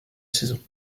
saison